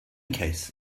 case